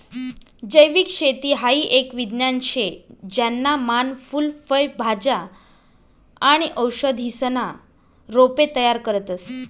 जैविक शेती हाई एक विज्ञान शे ज्याना मान फूल फय भाज्या आणि औषधीसना रोपे तयार करतस